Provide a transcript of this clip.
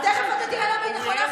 אז תכף אתה תראה למה היא נכונה,